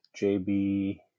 JB